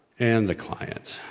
and the client.